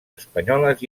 espanyoles